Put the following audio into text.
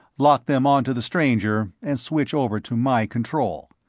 lock them onto the stranger, and switch over to my control.